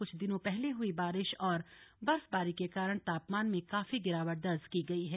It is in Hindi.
कुछ दिनों पहले हुई बारिश और बर्फबारी के कारण तापमान में काफी गिरावट दर्ज की गई है